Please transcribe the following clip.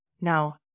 Now